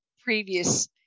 previous